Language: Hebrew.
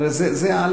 הרי זה אלף-בית.